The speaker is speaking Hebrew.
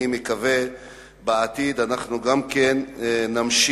אני מקווה שגם בעתיד אנחנו נמשיך